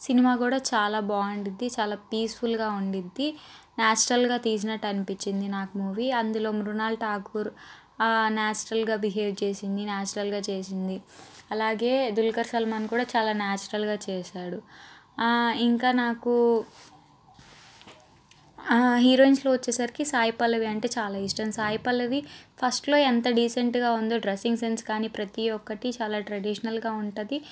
cinema కూడా చాలా బాగుండిద్ది చాలా పీస్ఫుల్గా ఉండిద్ది నాచురల్గా తీసినట్టు అనిపించింది నాకు మూవీ అందులో మృనాల్ ఠాగూర్ నాచురల్గా బిహేవ్ చేసింది నాచురల్గా చేసింది అలాగే దుల్కర్ సల్మాన్ కూడా చాలా నాచురల్గా చేశాడు ఇంకా నాకు హీరోయిన్స్లో వచ్చేసరికి సాయి పల్లవి అంటే చాలా ఇష్టం సాయి పల్లవి ఫస్ట్లో ఎంత డీసెంట్గా ఉందో డ్రెస్సింగ్ సెన్స్ కానీ ప్రతి ఒక్కటి చాలా ట్రెడిషనల్గా ఉంటుంది